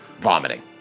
Vomiting